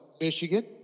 Michigan